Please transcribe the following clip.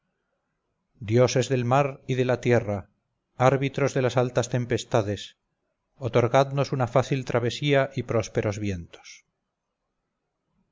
dioses del mar y de la tierra árbitros de las altas tempestades otorgadnos una fácil travesía y prósperos vientos